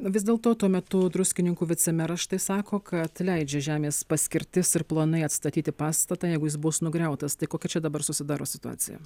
vis dėlto tuo metu druskininkų vicemeras štai sako kad leidžia žemės paskirtis ir planai atstatyti pastatą jeigu jis bus nugriautas tai kokia čia dabar susidaro situacija